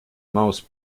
mouse